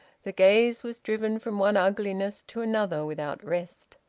the gaze was driven from one ugliness to another without rest.